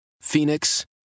Phoenix